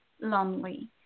lonely